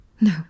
No